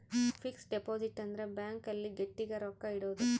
fix deposit ಅಂದ್ರ bank ಅಲ್ಲಿ ಗಟ್ಟಿಗ ರೊಕ್ಕ ಇಡೋದು